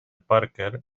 parker